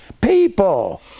people